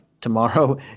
tomorrow